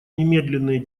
немедленные